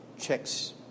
checks